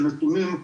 של נתונים,